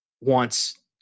wants